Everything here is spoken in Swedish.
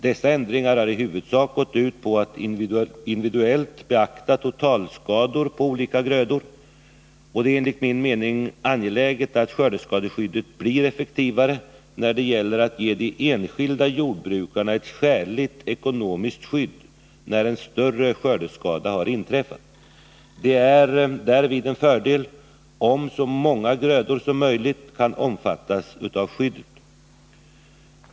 Dessa ändringar har i huvudsak gått ut på att individuellt beakta totalskador på olika grödor. Det är enligt min mening angeläget att skördeskadeskyddet blir effektivare när det gäller att ge de enskilda jordbrukarna ett skäligt ekonomiskt skydd när en större skördeskada har inträffat. Det är därvid en fördel om så många grödor som möjligt kan omfattas av skyddet.